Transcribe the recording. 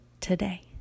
today